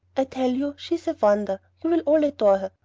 i tell you she is a wonder. you will all adore her,